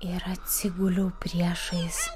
ir atsiguliau priešais